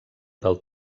del